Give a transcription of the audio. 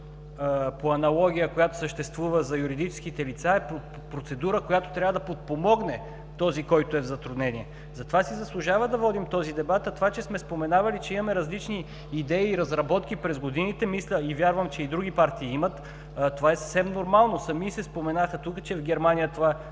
по аналогия за юридическите лица, е процедура, която трябва да подпомогне този, който е в затруднение. Затова си заслужава да водим този дебат. Това, че сме споменавали, че имаме различни идеи, разработки през годините, мисля и вярвам, че и други партии имат, е съвсем нормално. Спомена се тук, че в Германия този